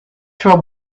throw